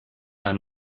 ein